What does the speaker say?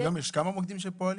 היום יש כמה מוקדים שפועלים?